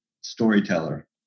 storyteller